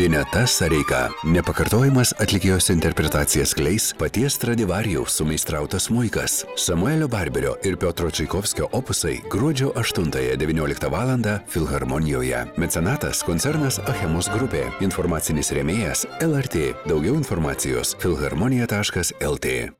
ineta sereika nepakartojamas atlikėjos interpretacijas skleis paties stradivarijaus sumeistrautas smuikas samuelio barberio ir piotro čaikovskio opusai gruodžio aštuntąją devynioliktą valandą filharmonijoje mecenatas koncernas achemos grupė informacinis rėmėjas lrt daugiau informacijos filharmonija taškas lt